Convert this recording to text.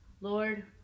lord